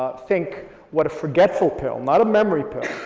ah think what a forgetful pill, not a memory pill,